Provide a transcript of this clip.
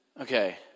Okay